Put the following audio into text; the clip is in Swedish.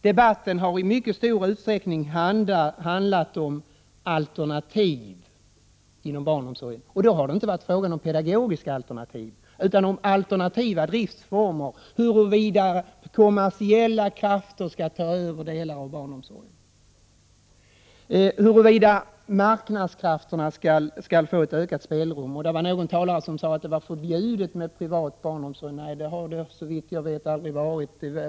Debatten har i mycket stor utsträckning handlat om alternativ inom barnomsorgen. Det har då inte varit fråga om pedagogiska alternativ, utan om alternativa driftsformer, huruvida kommersiella krafter skall ta över delar av barnomsorgen, huruvida marknadskrafterna skall få ett ökat spelrum. Någon talare har här sagt att det är förbjudet med privat barnomsorg. Det har det såvitt jag vet aldrig varit.